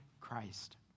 Christ